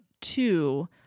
two